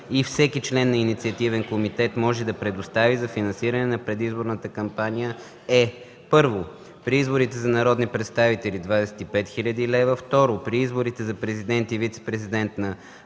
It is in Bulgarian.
и всеки член на инициативен комитет може да предостави за финансиране на предизборната кампания е: 1. при изборите за народни представители – 25 000 лева; 2. при изборите за президент и вицепрезидент на